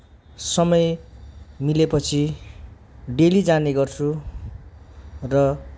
समय मिलेपछि डेली जाने गर्छु र